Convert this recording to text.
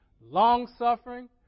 long-suffering